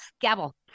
Gavel